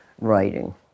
writing